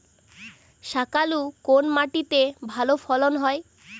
শাকালু কোন মাটিতে ভালো ফলন হয়?